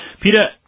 Peter